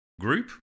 group